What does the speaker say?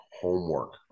homework